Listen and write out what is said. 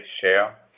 share